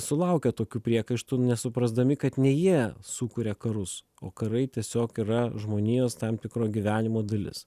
sulaukia tokių priekaištų nesuprasdami kad ne jie sukuria karus o karai tiesiog yra žmonijos tam tikro gyvenimo dalis